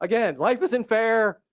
again, life isn't fair,